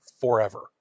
forever